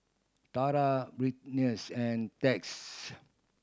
Tara Brittni and Texas